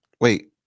Wait